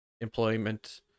employment